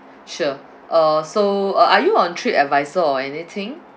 sure uh so uh are you on tripadvisor or anything